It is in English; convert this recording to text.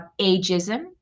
ageism